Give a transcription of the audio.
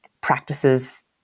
practices